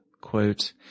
quote